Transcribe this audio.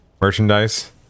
merchandise